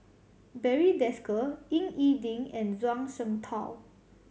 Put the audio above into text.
Barry Desker Ying E Ding and Zhuang Shengtao